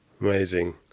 amazing